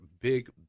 big